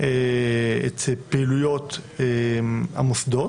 את פעילויות המוסדות,